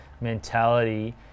mentality